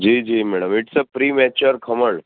જી જી madam it's a premature khaman